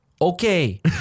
Okay